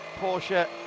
Porsche